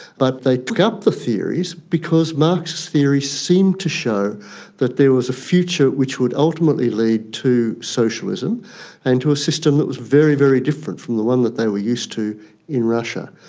but they took up the theories because marxist theories seems to show that there was a future which would ultimately lead to socialism and to a system that was very, very different from the one that they were used to in russia.